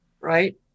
right